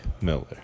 Miller